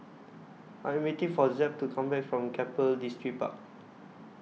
I Am waiting For Zeb to Come Back from Keppel Distripark